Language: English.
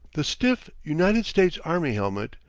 the stiff, united states army helmet,